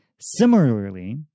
Similarly